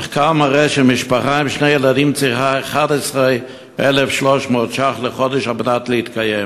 המחקר מראה שמשפחה עם שני ילדים צריכה 11,300 ש"ח לחודש על מנת להתקיים.